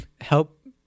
help